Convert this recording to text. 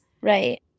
Right